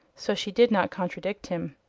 so she did not contradict him.